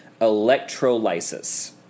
electrolysis